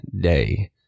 day